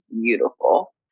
beautiful